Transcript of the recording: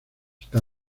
está